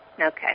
Okay